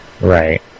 right